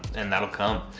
and that will come.